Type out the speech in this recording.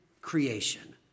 creation